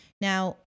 Now